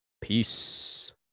Peace